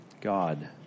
God